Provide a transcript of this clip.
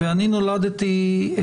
אני נולדתי בשנת 73',